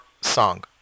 song